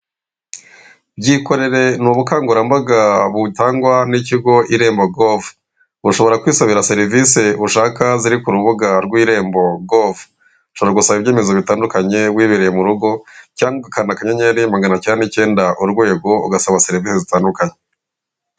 Byikore ni ubukangurambaga butangwa n'ikigo irembo govu, bushobora kwisabira serivisi ushaka ziri ku rubuga rw'irembo gove, ushobora gusaba ibyemezo bitandukanye wibereye mu rugo cyangwa ugakanda akanyenyeri magana cye n'icyenda urwego ugasaba serivisi zitandukanye.